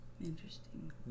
interesting